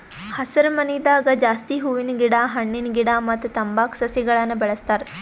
ಹಸರಮನಿದಾಗ ಜಾಸ್ತಿ ಹೂವಿನ ಗಿಡ ಹಣ್ಣಿನ ಗಿಡ ಮತ್ತ್ ತಂಬಾಕ್ ಸಸಿಗಳನ್ನ್ ಬೆಳಸ್ತಾರ್